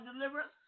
deliverance